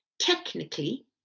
technically